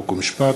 חוק ומשפט,